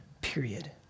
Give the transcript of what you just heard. Period